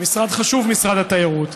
משרד חשוב, משרד התיירות.